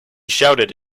shouted